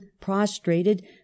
prostrated